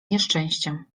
nieszczęściem